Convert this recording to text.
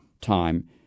time